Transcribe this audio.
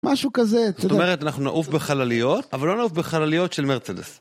משהו כזה, תודה. זאת אומרת, אנחנו נעוף בחלליות, אבל לא נעוף בחלליות של מרצדס.